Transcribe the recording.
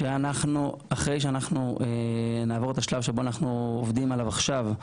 אחרי שאנחנו נעבור את השלב שאנחנו עובדים עליו עכשיו,